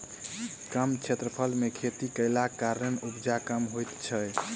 कम क्षेत्रफल मे खेती कयलाक कारणेँ उपजा कम होइत छै